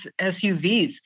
SUVs